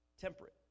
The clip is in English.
temperate